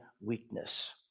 weakness